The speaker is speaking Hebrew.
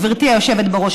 גברתי היושבת-ראש,